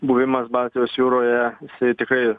buvimas baltijos jūroje jisai tikrai